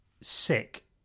sick